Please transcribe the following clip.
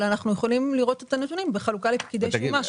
אבל אנחנו יכולים לראות את הנתונים בחלוקה לפקידי שומה.